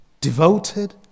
devoted